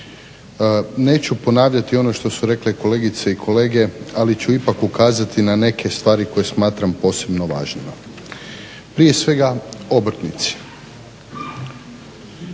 Neću ponavljati ono što su rekle kolegice i kolege, ali ću ipak ukazati na neke stvari koje smatram posebno važnima. Prije svega obrtnici.